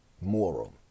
moral